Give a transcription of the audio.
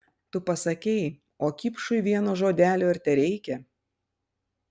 tu pasakei o kipšui vieno žodelio ir tereikia